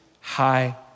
high